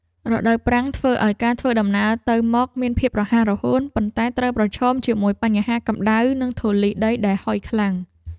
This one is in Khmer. រដូវប្រាំងធ្វើឱ្យការធ្វើដំណើរទៅមកមានភាពរហ័សរហួនប៉ុន្តែត្រូវប្រឈមជាមួយបញ្ហាកម្តៅនិងធូលីដីដែលហុយខ្លាំង។